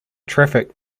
traffic